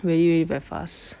really very fast